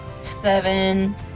seven